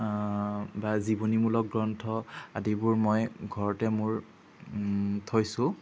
বা জীৱনীমূলক গ্ৰন্থ আদিবোৰ মই ঘৰতে মোৰ থৈছোঁ